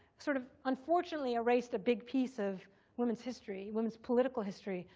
sort of unfortunately erased a big piece of women's history, women's political history,